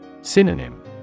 Synonym